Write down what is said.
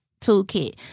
toolkit